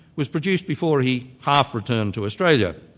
was produced before he half-returned to australia.